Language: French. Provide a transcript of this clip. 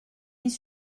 mis